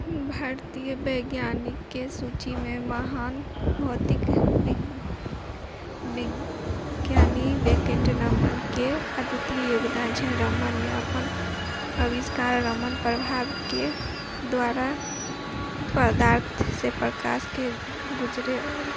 भारतीय वैज्ञानिक के सूचि मे महान भौतिक विग विज्ञानी वेंकेट रमन के अद्युतीय योगदान छै रमन ने अपन अविष्कार रमन प्रभाव के द्वारा पदार्थ से प्रकाश के गुजरे वाला